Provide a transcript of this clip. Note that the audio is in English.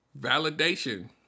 Validation